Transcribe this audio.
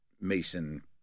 Mason